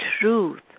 truth